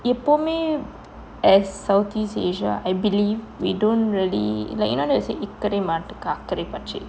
எப்போமே:eppome as southeast asia I believe we don't really like how to say இக்கரை மாட்டுக்கு அக்கரை பச்சை:ikkarai maatukku akkarai patchai